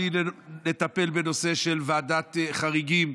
בלי לטפל בנושא של ועדת חריגים.